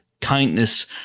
kindness